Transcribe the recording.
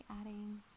adding